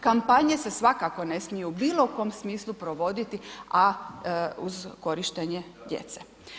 Kampanje se svakako ne smiju u bilo kom smislu provoditi, a uz korištenje djece.